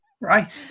right